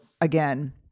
again